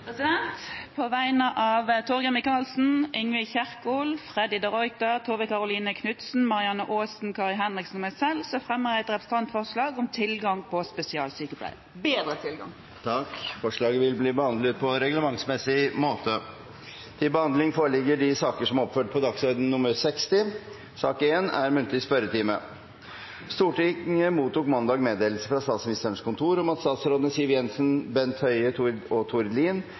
representantforslag. På vegne av Torgeir Micaelsen, Ingvild Kjerkol, Freddy de Ruiter, Tove Karoline Knutsen, Marianne Aasen, Kari Henriksen og meg selv fremmer jeg et representantforslag om å bedre tilgangen på spesialsykepleiere. Forslaget vil bli behandlet på reglementsmessig måte. Stortinget mottok mandag meddelelse fra Statsministerens kontor om at statsrådene Siv Jensen, Bent Høie og Tord Lien